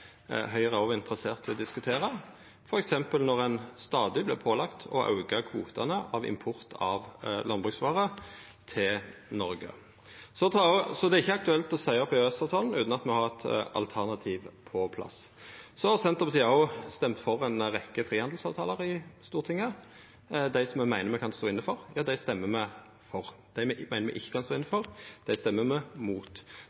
Høgre òg var interessert i å diskutera, f.eks. når ein stadig vert pålagd å auka kvotane når det gjeld import av landbruksvarer til Noreg. Så det er ikkje aktuelt å seia opp EØS-avtalen utan at me har eit alternativ på plass. Senterpartiet har òg røysta for ei rekkje frihandelsavtaler i Stortinget. Dei me meiner me kan stå inne for, røystar me for. Dei me meiner me ikkje kan stå